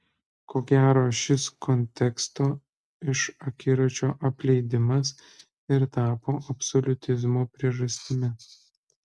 ko gero šis konteksto iš akiračio apleidimas ir tapo absoliutizmo priežastimi